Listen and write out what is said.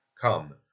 Come